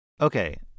Okay